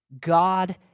God